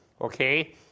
okay